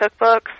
cookbooks